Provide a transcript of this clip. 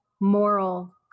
moral